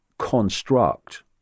construct